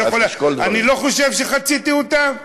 אני לא חושב שחציתי אותם.